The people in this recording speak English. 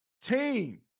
team